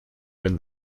win